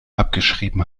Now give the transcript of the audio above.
abgeschrieben